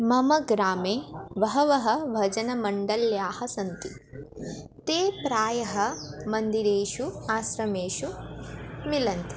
मम ग्रामे बहवः भजनमण्डल्याः सन्ति ते प्रायः मन्दिरेषु आश्रमेषु मिलन्ति